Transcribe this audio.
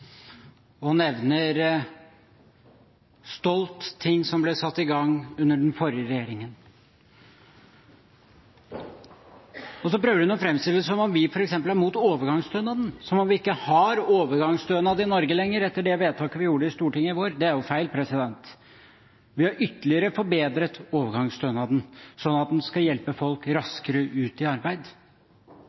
og nevner stolt ting som ble satt i gang under den forrige regjeringen. Hun prøver å framstille det som om vi f.eks. er imot overgangsstønaden, som om vi ikke har overgangsstønad i Norge lenger etter det vedtaket vi gjorde i Stortinget i vår. Det er feil. Vi har ytterligere forbedret overgangsstønaden slik at den skal hjelpe folk raskere ut i arbeid.